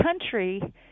country